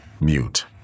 mute